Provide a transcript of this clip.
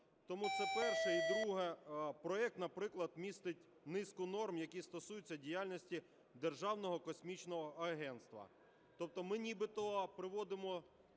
Тому це перше. І друге. Проект, наприклад, містить низку норм, які стосуються діяльності Державного космічного агентства. Тобто ми нібито приводимо